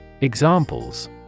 Examples